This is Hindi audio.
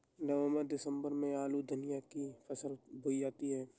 नवम्बर दिसम्बर में आलू धनिया की फसल बोई जाती है?